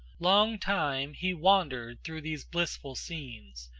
long time he wandered through these blissful scenes,